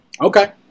okay